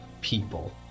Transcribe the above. people